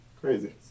Crazy